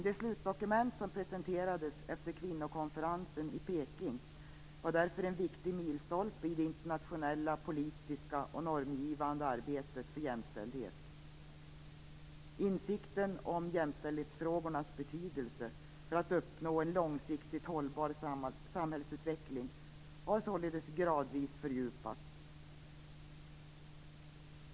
Det slutdokument som presenterades efter Kvinnokonferensen i Peking var därför en viktig milstolpe i det internationella politiska och normgivande arbetet för jämställdhet. Insikten om jämställdhetsfrågornas betydelse för att uppnå en långsiktigt hållbar samhällsutveckling har således gradvis fördjupats.